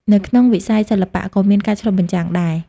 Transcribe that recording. នៅក្នុងវិស័យសិល្បៈក៏មានការឆ្លុះបញ្ចាំងដែរ។